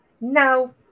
Now